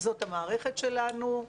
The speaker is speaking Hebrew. זאת המערכת שלנו.